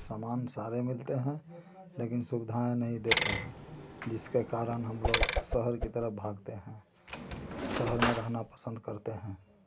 सामान सारे मिलते हैं लेकिन सुविधाएं नहीं देते हैं जिसके कारण हम लोग शहर की तरफ भागते हैं शहर में रहना पसंद करते हैं